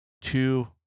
two